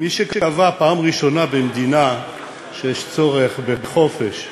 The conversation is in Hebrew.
מי שקבע בפעם הראשונה שיש צורך בחופשה במדינה,